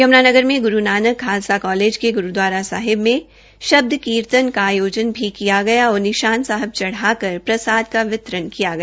यमनानगर में गुरू नानक खालसा कालेज के गुरूदवारा साहिब मे शब्दी कीर्तन का आयोजन भी किया गया और निशान साहब चढ़ाकर प्रसाद का वितरण किया गया